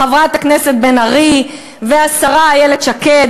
חברת הכנסת בן ארי והשרה איילת שקד,